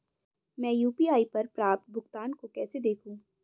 मैं यू.पी.आई पर प्राप्त भुगतान को कैसे देखूं?